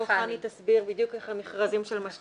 חני תסביר ממש איך הם מתנהלים בדיוק.